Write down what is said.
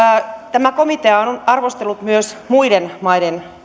tämä komitea on on arvostellut myös muiden maiden